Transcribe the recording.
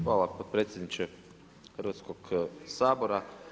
Hvala potpredsjedniče Hrvatskog sabora.